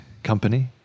Company